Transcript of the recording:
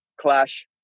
clash